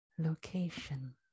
location